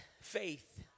faith